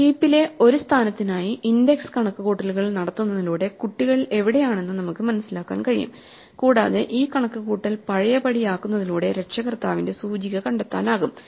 ഹീപ്പിലെ ഒരു സ്ഥാനത്തിനായി ഇൻഡെക്സ് കണക്കുകൂട്ടലുകൾ നടത്തുന്നതിലൂടെ കുട്ടികൾ എവിടെയാണെന്ന് നമുക്ക് മനസിലാക്കാൻ കഴിയും കൂടാതെ ഈ കണക്കുകൂട്ടൽ പഴയപടിയാക്കുന്നതിലൂടെ രക്ഷകർത്താവിന്റെ സൂചിക കണ്ടെത്താനാകും